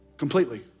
Completely